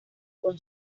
con